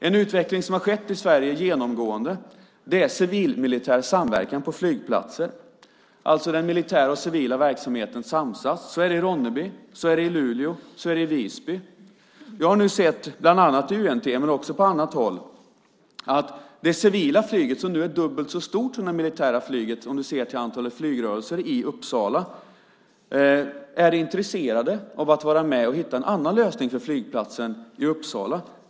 En utveckling som har skett genomgående i Sverige är civilmilitär samverkan på flygplatser, alltså där den militära och civila verksamheten samsas. Så är det i Ronneby. Så är det i Luleå. Så är det i Visby. Jag har nu sett, bland annat i UNT men också på annat håll, att det civila flyget, som nu är dubbelt så stort som det militära flyget om vi ser till antalet flygrörelser i Uppsala, är intresserat av att vara med och hitta en annan lösning för flygplatsen i Uppsala.